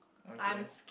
okay